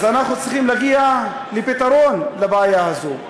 אז אנחנו צריכים להגיע לפתרון לבעיה הזו.